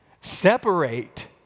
separate